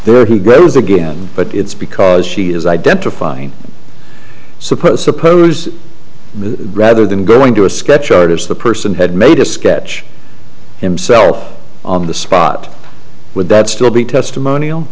there he is again but it's because she is identifying suppose suppose the rather than going to a sketch artist the person had made a sketch himself on the spot would that still be testimonial